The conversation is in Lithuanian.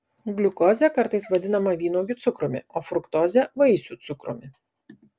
gliukozė kartais vadinama vynuogių cukrumi o fruktozė vaisių cukrumi